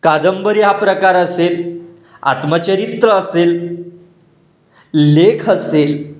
कादंबरी हा प्रकार असेल आत्मचरित्र असेल लेख असेल